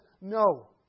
no